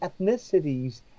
ethnicities